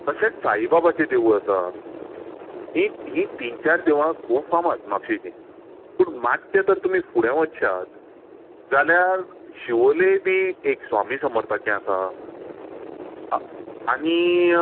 तशेंच साईबाबाचें देवूळ आसा हीं हीं तीन चार देवळां खूब फामाद म्हापशेंचीं पूण मातशें तर तुमी फुडें वचश्यात जाल्यार शिवोले बी एक स्वामी समर्थाचें आसा आ आनी